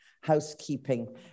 housekeeping